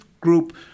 group